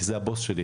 כי היא הבוס שלי,